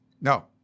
No